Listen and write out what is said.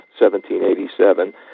1787